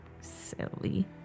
silly